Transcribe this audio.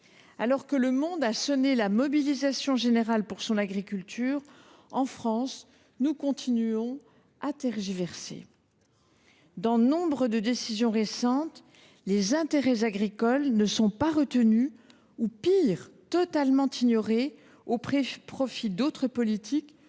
Alors que le monde a sonné la mobilisation générale pour son agriculture, en France, nous continuons à tergiverser. Dans nombre de décisions récentes, les intérêts de la filière n’ont pas été retenus ou, pire encore, ont été totalement ignorés au profit d’autres politiques